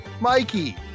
Mikey